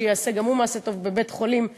שיעשה גם הוא מעשה טוב בבית-חולים אלי"ן,